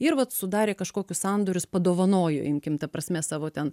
ir vat sudarė kažkokius sandorius padovanojo imkim ta prasme savo ten